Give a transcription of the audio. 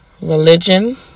religion